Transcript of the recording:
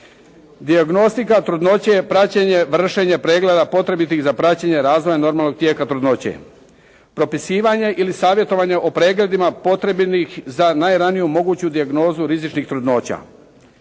Dijagnostika trudnoće, praćenje, vršenje pregleda potrebitih za praćenje razvoja normalnog tijeka trudnoće. Propisivanje ili savjetovanje o pregledima potrebnih za najraniju moguću dijagnozu rizičnih trudnoća.